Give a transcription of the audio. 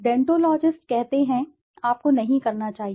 deontologist कहते हैं आपको नहीं करना चाहिए